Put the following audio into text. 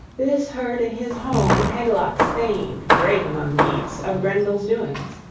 this heard in his home hygelac's thane, great among geats, of grendel's doings.